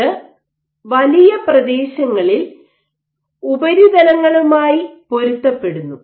ഇത് വലിയ പ്രദേശങ്ങളിൽ ഉപരിതലങ്ങളുമായി പൊരുത്തപ്പെടുന്നു